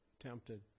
tempted